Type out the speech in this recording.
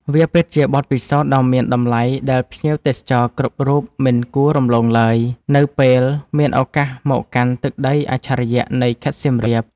វាពិតជាបទពិសោធន៍ដ៏មានតម្លៃដែលភ្ញៀវទេសចរគ្រប់រូបមិនគួររំលងឡើយ នៅពេលមានឱកាសមកកាន់ទឹកដីអច្ឆរិយៈនៃខេត្តសៀមរាប។